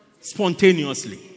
spontaneously